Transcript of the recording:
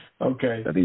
Okay